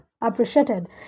appreciated